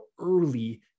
early